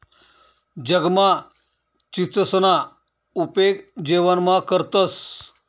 जगमा चीचसना उपेग जेवणमा करतंस